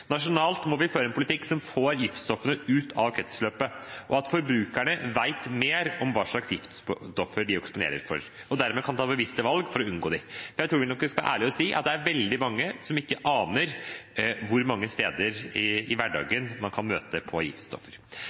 Nasjonalt må vi føre en politikk som får giftstoffene ut av kretsløpet, at forbrukerne vet mer om hva slags giftstoffer de eksponeres for, og dermed kan ta bevisste valg for å unngå dem. Jeg tror nok det er veldig mange som ikke aner hvor mange steder i hverdagen man kan møte på